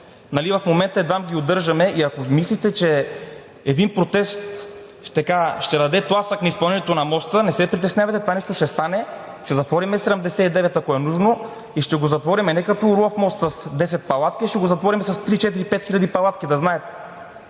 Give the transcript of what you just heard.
в момента едвам ги удържаме. Ако мислите, че един протест ще даде тласък на изпълнението на моста, не се притеснявайте, това нещо ще стане. Ще затворим 79, ако е нужно, и ще го затворим не като „Орлов мост“ с 10 палатки, а ще го затворим с три-четири-пет хиляди палатки да знаете!